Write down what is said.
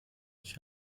ich